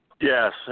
Yes